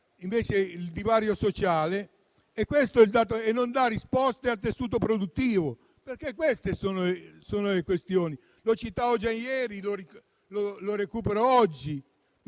accresce il divario sociale - questo è il dato - e non dà risposte al tessuto produttivo, perché queste sono le questioni. L'ho detto già ieri e lo recupero oggi: